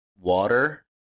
water